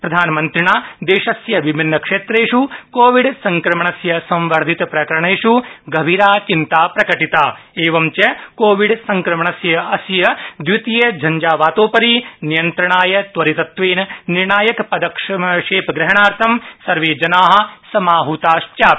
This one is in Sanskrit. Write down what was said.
प्रधानमन्त्रिणा देशस्य विभिन्न क्षेत्रेष् कोविडसंक्रमणस्य संवर्दधित प्रकरणेष् गभीरा चिन्ता प्रकटिता एवंच कोविड संक्रमणस्य अस्य द्वितीयझंझावातोपरि नियन्त्रणाय त्वरितत्वेन निर्णायकपदक्षेपग्रहणार्थ सर्वे जना समाहताश्चपि